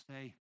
say